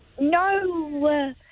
No